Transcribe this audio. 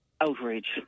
outrage